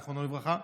זיכרונו לברכה,